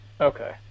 Okay